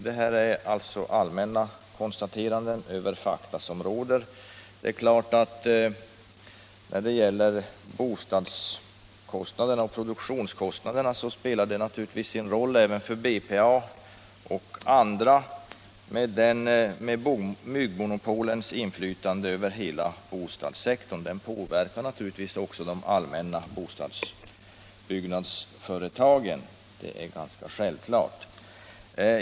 Hon gör några allmänna konstateranden av de fakta som råder. Det är klart att byggmonopolens inflytande över hela bostadssektorn spelar sin roll för såväl BPA som andra i fråga om bostadskostnaderna. Att de påverkar också de allmännyttiga bostadsbyggnadsföretagen är ganska självklart.